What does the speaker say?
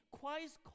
Christ